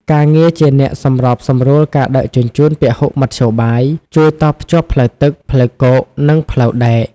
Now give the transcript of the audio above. ការងារជាអ្នកសម្របសម្រួលការដឹកជញ្ជូនពហុមធ្យោបាយ ជួយតភ្ជាប់ផ្លូវទឹក ផ្លូវគោក និងផ្លូវដែក។